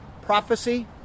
prophecy